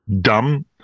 dumb